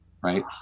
right